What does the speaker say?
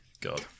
God